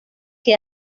que